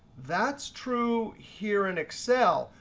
that's true here in excel.